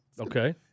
Okay